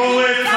הביקורת,